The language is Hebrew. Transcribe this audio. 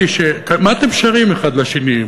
מה אתם שרים אחד לשני,